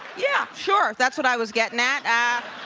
yeah, sure. that's what i was getting at.